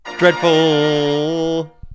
Dreadful